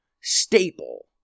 staple